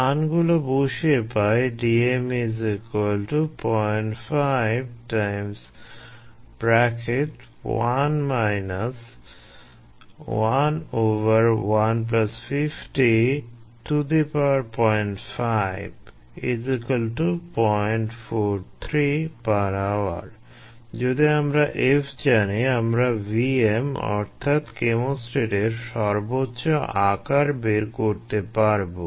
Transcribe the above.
মানগুলো বসিয়ে পাই যদি আমরা F জানি আমরা Vm অর্থাৎ কেমোস্ট্যাটের সর্বোচ্চ আকার বের করতে পারবো